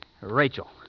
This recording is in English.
Rachel